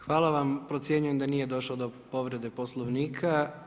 Hvala vam procjenjujem da nije došlo do povrede Poslovnika.